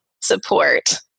support